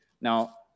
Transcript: Now